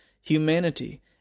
humanity